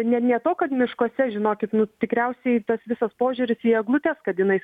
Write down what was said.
ne ne to kad miškuose žinokit nu tikriausiai tas visas požiūris į eglutes kad jinai